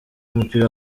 w’umupira